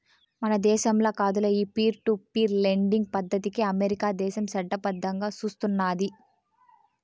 మన దేశంల కాదులే, ఈ పీర్ టు పీర్ లెండింగ్ పద్దతికి అమెరికా దేశం చట్టబద్దంగా సూస్తున్నాది